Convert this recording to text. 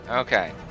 Okay